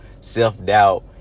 self-doubt